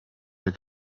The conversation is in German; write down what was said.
der